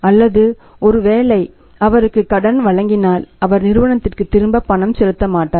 அல்லது ஒருவேளை அவருக்கு கடன் வழங்கினாள் அவர் நிறுவனத்திற்கு திரும்ப பணம் செலுத்த மாட்டார்